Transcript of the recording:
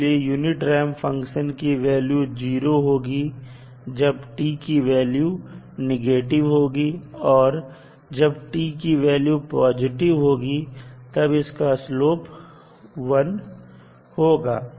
इसलिए unit ramp function की value 0 होगी जब t की वैल्यू नेगेटिव होगी और जब t की वैल्यू पॉजिटिव होगी तब इसका श्लोप 1 होगा